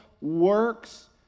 works